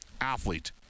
athlete